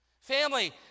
Family